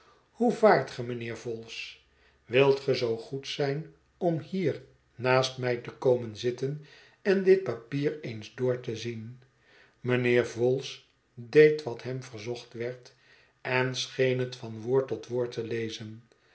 hoe vaart ge mijnheer vholes wilt ge zoo goed zijn om hier naast mij te komen zitten en dit papier eens door te zien mijnheer vholes deed wat hem verzocht werd en scheen het van woord tot woord te lezen